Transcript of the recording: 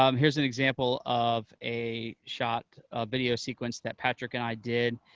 um here's an example of a shot, a video sequence that patrick and i did,